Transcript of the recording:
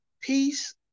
Peace